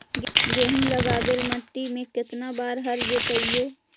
गेहूं लगावेल मट्टी में केतना बार हर जोतिइयै?